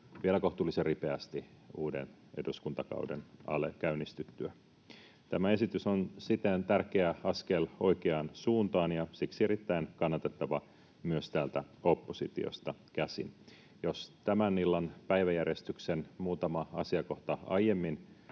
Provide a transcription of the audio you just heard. vielä kohtuullisen ripeästi uuden eduskuntakauden käynnistyttyä. Tämä esitys on siten tärkeä askel oikeaan suuntaan, ja siksi erittäin kannatettava myös täältä oppositiosta käsin. Jos tämän illan päiväjärjestyksen muutama asiakohta aiemmin